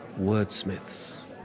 wordsmiths